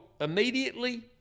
immediately